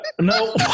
No